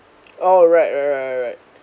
oh right right right right right